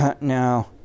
Now